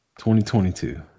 2022